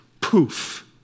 poof